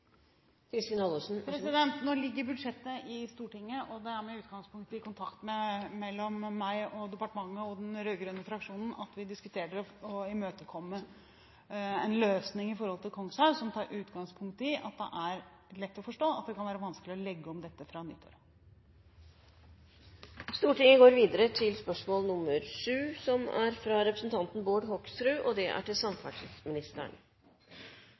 Nå ligger budsjettet i Stortinget, og det er med utgangspunkt i kontakten mellom meg og departementet og den rød-grønne fraksjonen vi diskuterer å imøtekomme en løsning for Kongshaug som tar utgangspunkt i at det er lett å forstå at det kan være vanskelig å legge om dette fra nyttår. «Bussjåfører kan etter gjeldende forskrifter straffeforfølges og få to prikker i førerkortet dersom passasjerer under 15 år ikke bruker bilbelte. Forskrift om personlig verneutstyr spesifiserer hvordan passasjerene skal få informasjon om plikten til